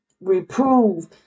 reprove